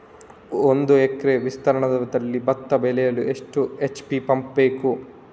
ಒಂದುಎಕರೆ ವಿಸ್ತೀರ್ಣದಲ್ಲಿ ಭತ್ತ ಬೆಳೆಯಲು ಎಷ್ಟು ಎಚ್.ಪಿ ಪಂಪ್ ಬೇಕು?